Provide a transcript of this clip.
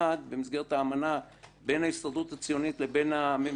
במסגרת האמנה בין ההסתדרות הציונית לממשלה,